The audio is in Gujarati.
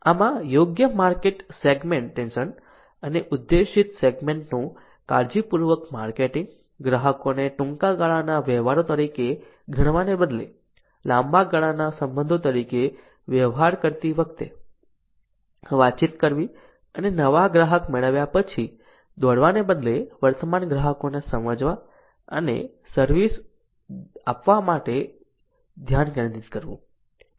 આમાં યોગ્ય માર્કેટ સેગ્મેન્ટેશન અને ઉદ્દેશિત સેગમેન્ટનું કાળજીપૂર્વક માર્કેટિંગ ગ્રાહકોને ટૂંકા ગાળાના વ્યવહારો તરીકે ગણવાને બદલે લાંબા ગાળાના સંબંધો તરીકે વ્યવહાર કરતી વખતે વાતચીત કરવી અને નવા ગ્રાહક મેળવ્યા પછી દોડવાને બદલે વર્તમાન ગ્રાહકોને સમજવા અને સર્વિસ આપવા પર ધ્યાન કેન્દ્રિત કરવું